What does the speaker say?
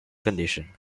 condition